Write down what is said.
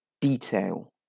detail